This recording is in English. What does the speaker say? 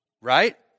Right